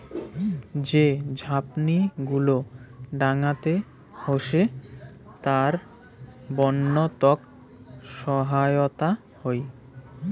যে ঝাপনি গুলো ডাঙাতে হসে তার বন্য তক সহায়তা হই